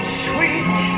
sweet